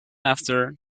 after